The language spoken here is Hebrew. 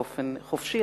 באופן חופשי,